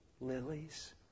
lilies